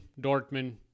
Dortmund